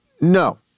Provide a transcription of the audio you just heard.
No